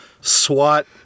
swat